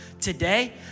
Today